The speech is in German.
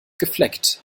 gefleckt